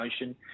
motion